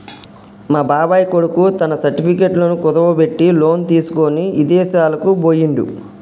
మా బాబాయ్ కొడుకు తన సర్టిఫికెట్లను కుదువబెట్టి లోను తీసుకొని ఇదేశాలకు బొయ్యిండు